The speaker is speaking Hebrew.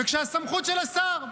וכשהסמכות של שר,